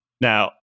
Now